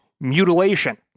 mutilation